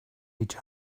each